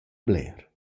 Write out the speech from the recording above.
bler